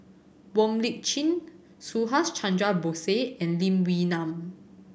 Wong Lip Chin Subhas Chandra Bose and Lee Wee Nam